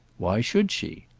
why should she?